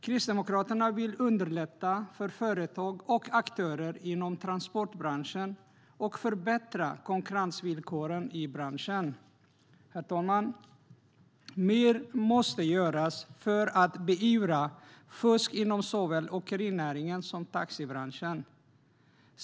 Kristdemokraterna vill underlätta för företag och aktörer inom transportbranschen och förbättra branschens konkurrensvillkor. Herr talman! Mer måste göras för att beivra fusk inom såväl åkerinäringen som taxibranschen.